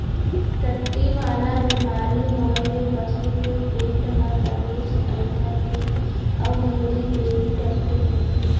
टट्टी वाला बेमारी होए ले पसू के पेट हर बनेच अइंठथे अउ घेरी बेरी टट्टी होथे